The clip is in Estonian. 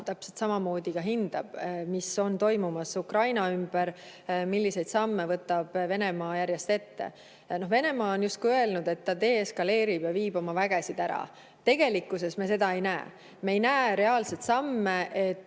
täpselt samamoodi ka hindab seda, mis on toimumas Ukraina ümber ja milliseid samme võtab Venemaa järjest ette. Venemaa on justkui öelnud, et ta deeskaleerib ja viib oma vägesid ära. Tegelikkuses me seda ei näe. Me ei näe reaalseid samme, et